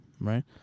Right